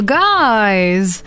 guys